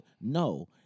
no